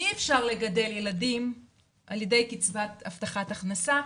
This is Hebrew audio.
אי אפשר לגדל ילדים ע"י קצבת הבטחת הכנסה,